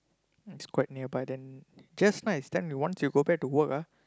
it's quite nearby there just nice then once you go back to work ah